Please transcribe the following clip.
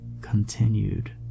continued